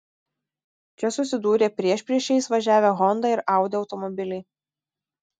čia susidūrė priešpriešiais važiavę honda ir audi automobiliai